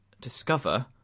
discover